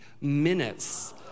minutes